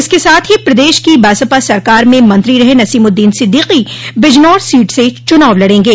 इसके साथ ही प्रदेश की बसपा सरकार में मंत्री रहे नसीमुद्दीन सिद्दीकी बिजनौर सीट से चुनाव लड़ेंगे